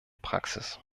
praxis